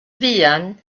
fuan